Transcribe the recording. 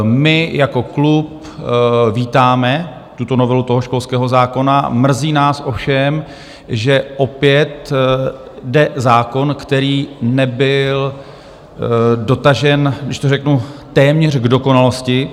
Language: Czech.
My jako klub vítáme tuto novelu toho školského zákona a mrzí nás ovšem, že opět jde zákon, který nebyl dotažen, když to řeknu, téměř k dokonalosti.